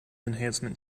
enhancement